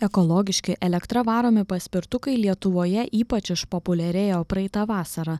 ekologiški elektra varomi paspirtukai lietuvoje ypač išpopuliarėjo praeitą vasarą